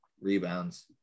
rebounds